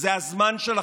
זה הזמן שלכם.